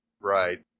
Right